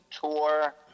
tour